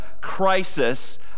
crisis